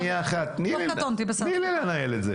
שנייה אחת, תני לי לנהל את זה.